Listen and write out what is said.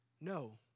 No